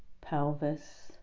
pelvis